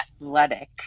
athletic